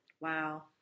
Wow